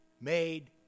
made